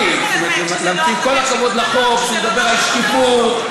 אם אתם הולכים על שקיפות,